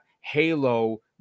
Halo